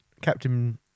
Captain